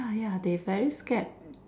ya ya they very scared